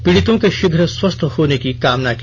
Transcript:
पीड़ितों के शीघ्र स्वस्थ होने की कामना की